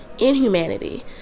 inhumanity